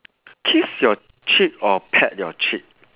kiss your cheek or peck your cheek